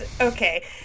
Okay